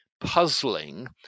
puzzling